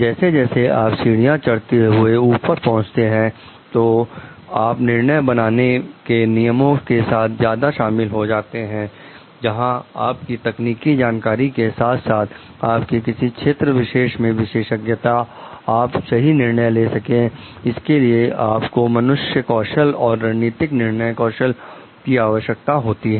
जैसे जैसे आप सीढ़ियां चढ़ते हुए ऊपर पहुंचते हैं तो आप निर्णय बनाने के नियमों के साथ ज्यादा शामिल हो जाते हैं जहां आप की तकनीकी जानकारी के साथ साथ आपके किसी क्षेत्र विशेष में विशेषज्ञता आप सही निर्णय ले सके इसके लिए आपको मनुष्य कौशल और रणनीतिक निर्णय कौशल की आवश्यक होती है